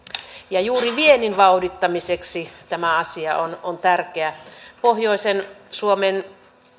ja juuri viennin vauhdittamiseksi tämä asia on on tärkeä pohjoisen suomen